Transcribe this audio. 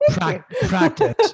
practice